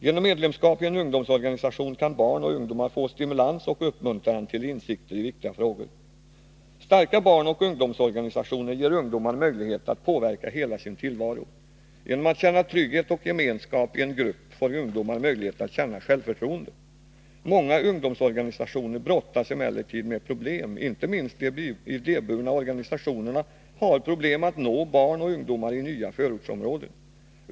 Genom medlemskap i en ungdomsorganisation kan barn och ungdomar få stimulans och uppmuntran till insikter i viktiga frågor. Starka barnoch ungdomsorganisationer ger ungdomar möjlighet att påverka hela sin tillvaro. Genom att känna trygghet och gemenskap i en grupp får ungdomar möjlighet att känna självförtroende. Många ungdomsorganisationer brottas emellertid med problem; inte minst de idéburna organisationerna har problem att nå barnoch ungdomar i nya förortsområden.